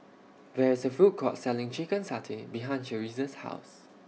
There IS A Food Court Selling Chicken Satay behind Cherise's House